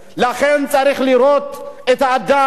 לא צריך לראות לא את הצבע שלו,